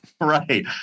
right